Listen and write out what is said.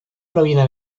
proviene